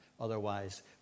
Otherwise